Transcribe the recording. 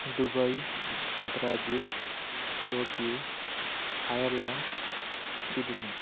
Dubai Brazil Tokyo Ireland Sydney